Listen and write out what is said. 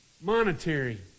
monetary